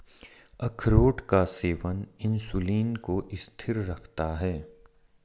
अखरोट का सेवन इंसुलिन को स्थिर रखता है